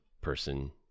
person